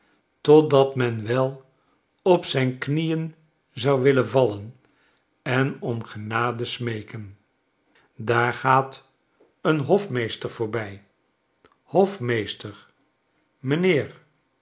totdat men wel op zijn knieen zou willen vallen en om genade smeeken daar gaat een hofmeester voorbij hofmeester m'nheer